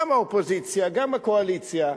גם האופוזיציה, גם הקואליציה.